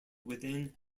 within